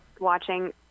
watching